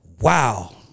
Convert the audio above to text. Wow